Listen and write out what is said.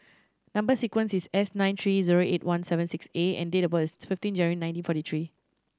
number sequence is S nine three zero eight one seven six A and date of birth is fifteen January nineteen forty three